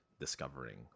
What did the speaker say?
discovering